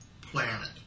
planet